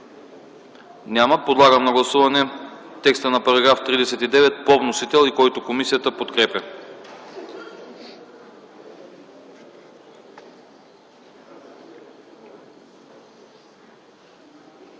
Няма. Подлагам на гласуване текста на § 53 по вносител, който комисията подкрепя.